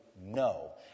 No